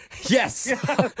Yes